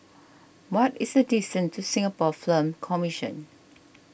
what is the distance to Singapore Film Commission